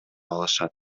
алышат